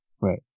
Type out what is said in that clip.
Right